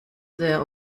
sehr